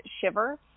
Shiver